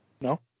No